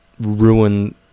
ruin